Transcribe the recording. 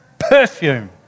Perfume